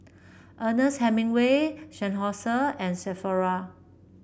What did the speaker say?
Ernest Hemingway Seinheiser and Sephora